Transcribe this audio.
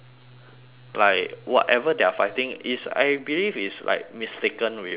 like whatever they are fighting is I believe is like mistaken with a lot of